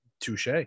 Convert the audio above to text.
Touche